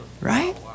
Right